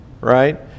right